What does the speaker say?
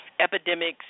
epidemics